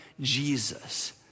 Jesus